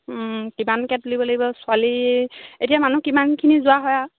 কিমানকৈ তুলিব লাগিব ছোৱালী এতিয়া মানুহ কিমানখিনি যোৱা হয় আৰু